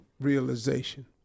realization